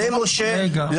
את זה אמר משה לנדוי.